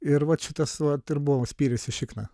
ir vat šitas vat ir buvo spyris į šikną